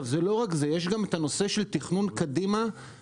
נושא נוסף הוא תכנון קדימה,